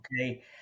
Okay